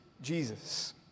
Jesus